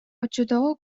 оччотооҕу